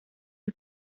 you